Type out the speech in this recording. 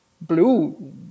Blue